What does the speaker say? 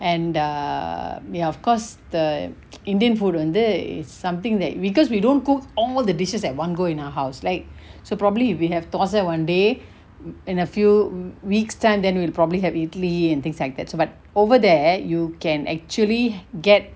and err ya of course the indian food வந்து:vanthu is something that because we don't cook all the dishes at one go in our house like so probably if we have thosai one day in a few weeks time then we probably have idli and things like that but over there you can actually get